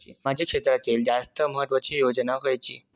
सामाजिक क्षेत्रांतील जास्त महत्त्वाची योजना खयची?